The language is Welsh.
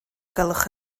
gwelwch